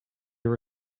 your